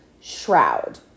shroud